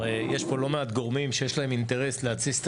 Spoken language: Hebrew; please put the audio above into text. הרי יש פה לא מעט גורמים שיש להם אינטרנט להתסיס את